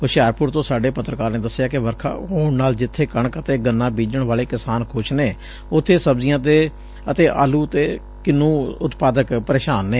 ਹੁਸ਼ਿਆਰਪੁਰ ਤੋ ਸਾਡੇ ਪੱਤਰਕਾਰ ਨੇ ਦਸਿਐ ਕਿ ਵਰਖਾ ਹੋਣ ਨਾਲ ਜਿੱਬੇ ਕਣਕ ਅਤੇ ਗੰਨਾ ਬੀਜਣ ਵਾਲੇ ਕਿਸਾਨ ਖੁਸ਼ ਨੇ ਉਬੇ ਸਬਜ਼ੀਆਂ ਦੇ ਅਤੇ ਆਲੂ ਤੇ ਕਿੰਨੂ ਉਤਪਾਦਕ ਪ੍ਰੇਸ਼ਾਨ ਨੇ